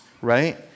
right